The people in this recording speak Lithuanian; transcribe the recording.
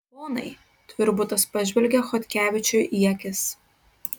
ponai tvirbutas pažvelgia chodkevičiui į akis